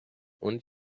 und